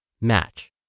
match